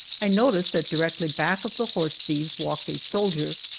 i noticed that directly back of the horse thieves walked a soldier,